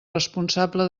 responsable